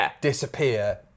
disappear